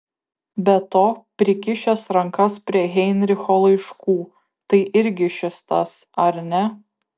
be to prikišęs rankas prie heinricho laiškų tai irgi šis tas ar ne